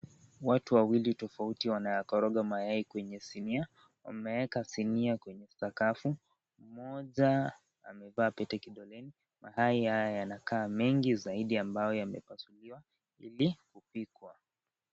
Watu wawili tofauti wanayakoroga mayai kwenye sinia, wameeka sinia kwenye sakafu, mmoja amevaa pete kidoleni. Mayai haya yanakaa mengi zaidi ambayo yamepasuliwa, ili kupikwa.